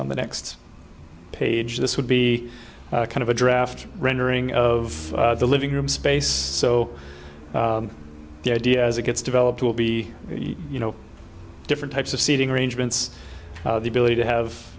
on the next page this would be kind of a draft rendering of the living room space so the idea as it gets developed will be you know different types of seating arrangements the ability to have